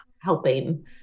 helping